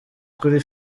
kuri